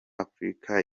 africa